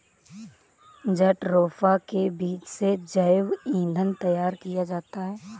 jatropha के बीज से जैव ईंधन तैयार किया जाता है